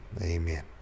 amen